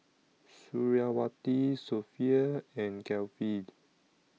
Suriawati Sofea and